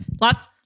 Lots